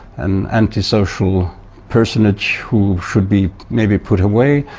an antisocial personage who should be maybe put away,